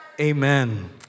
Amen